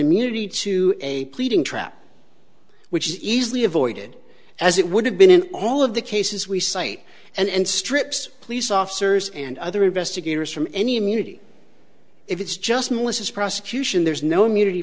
immunity to a pleading trap which is easily avoided as it would have been in all of the cases we cite and strips police officers and other investigators from any immunity if it's just malicious prosecution there's no immunity